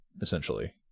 essentially